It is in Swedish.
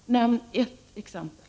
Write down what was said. Nämn ett exempel!